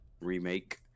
Remake